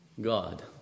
god